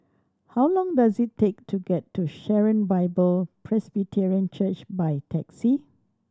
how long does it take to get to Sharon Bible Presbyterian Church by taxi